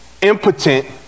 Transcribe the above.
impotent